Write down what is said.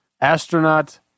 Astronaut